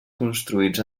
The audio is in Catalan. construïts